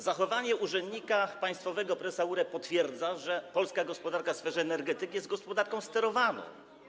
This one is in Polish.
Zachowanie urzędnika państwowego, prezesa URE potwierdza, że polska gospodarka w sferze energetyki jest gospodarką sterowaną.